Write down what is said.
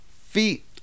feet